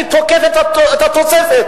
אני תוקף את התוספת.